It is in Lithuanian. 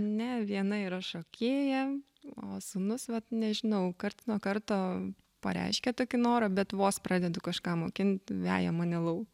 ne viena yra šokėja o sūnus vat nežinau karts nuo karto pareiškia tokį norą bet vos pradedu kažką mokint veja mane lauk